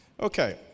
okay